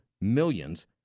millions